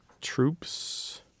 troops